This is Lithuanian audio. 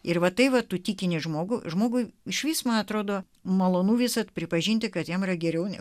ir va tai va tu tikini žmogų žmogui išvis man atrodo malonu visad pripažinti kad jam yra geriau nei